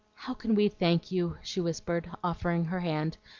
how can we thank you? she whispered, offering her hand,